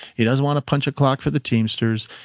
he doesn't want to punch a clock for the teamsters,